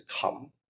come